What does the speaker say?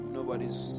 Nobody's